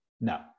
No